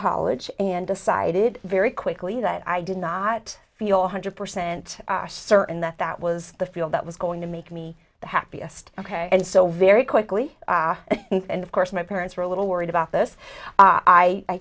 college and decided very quickly that i did not feel one hundred percent certain that that was the field that was going to make me the happiest ok and so very quickly and of course my parents were a little worried about this